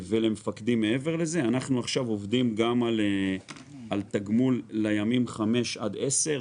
אנחנו עכשיו עובדים גם על תגמול לימים 5 עד 10,